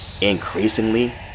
Increasingly